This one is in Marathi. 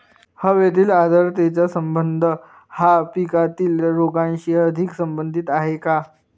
हवेतील आर्द्रतेचा संबंध हा पिकातील रोगांशी अधिक संबंधित आहे का?